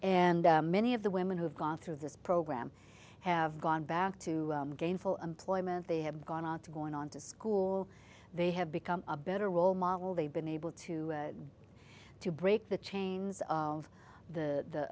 and many of the women who have gone through this program have gone back to gainful employment they have gone on to going on to school they have become a better role model they've been able to to break the chains of the